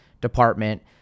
Department